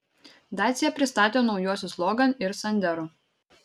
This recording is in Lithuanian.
dacia pristatė naujuosius logan ir sandero